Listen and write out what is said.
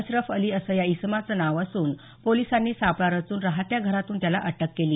असरफ अली असं या इसमाचं नाव असून पोलिसांनी सापळा रचून राहत्या घरातून त्याला अटक केली